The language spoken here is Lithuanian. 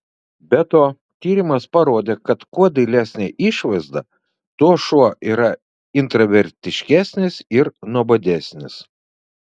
be to tyrimas parodė kad kuo dailesnė išvaizda tuo šuo yra intravertiškesnis ir nuobodesnis